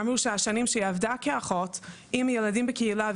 אמרו שהשנים שהיא עבדה כאחות עם ילדים בקהילה,